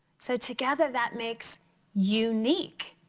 so together that makes unique.